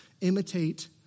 imitate